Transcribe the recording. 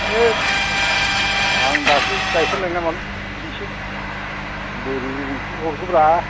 है आं दाख्लै गाइखेर लायनाया मानो एसे बोरै बोरैथो हरखोब्रा